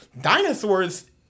Dinosaurs